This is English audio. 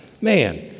Man